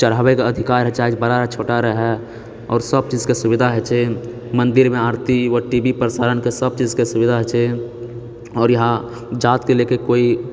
चढ़ाबै कऽ अधिकार चाहे बड़ा रहऽ छोटा रहऽ आओर सब चीज कऽ सुविधा होइत छै मंदिरमे आरती व टी वी प्रसारण कऽ सबचीज कऽ सुविधा होइत छै आओर यहाँ जातके लेके कोइ